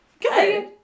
Good